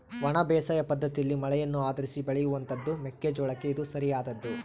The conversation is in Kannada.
ಒಣ ಬೇಸಾಯ ಪದ್ದತಿಯಲ್ಲಿ ಮಳೆಯನ್ನು ಆಧರಿಸಿ ಬೆಳೆಯುವಂತಹದ್ದು ಮೆಕ್ಕೆ ಜೋಳಕ್ಕೆ ಇದು ಸರಿಯಾದದ್ದು